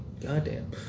Goddamn